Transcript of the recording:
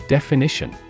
Definition